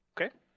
Okay